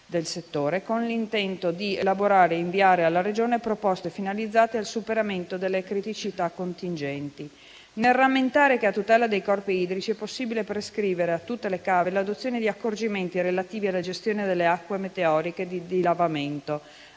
del settore, con l'intento di elaborare e inviare alla Regione proposte finalizzate al superamento delle criticità contingenti. Nel rammentare che, a tutela dei corpi idrici è possibile prescrivere a tutte le cave l'adozione di accorgimenti relativi alla gestione delle acque meteoriche di dilavamento